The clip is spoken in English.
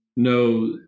no